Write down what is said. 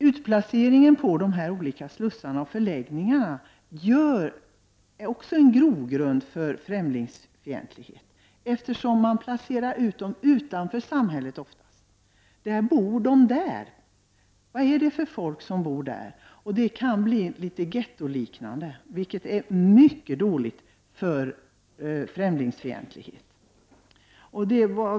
Utplacering på slussar och förläggningar utgör också en grogrund för främlingsfientlighet, eftersom dessa anläggningar ofta ligger utanför samhället. Där bor ”de där”. Vad är det för folk som bor där? Det kan bli litet gettoliknande, vilket är mycket dåligt för motverkande av främlingsfientligheten.